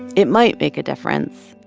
it might make a difference.